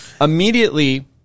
Immediately